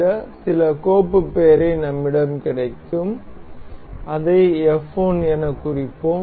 இந்த சில கோப்பு பெயரை நம்மிடம் கேட்க்கும் அதை f 1 எனக் குறிப்போம்